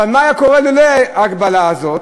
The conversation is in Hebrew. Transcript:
אבל מה היה קורה לולא ההגבלה הזאת?